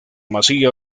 masía